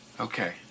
Okay